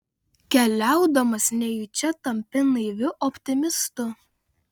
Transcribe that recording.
keliaudamas nejučia tampi naiviu optimistu